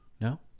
No